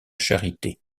charité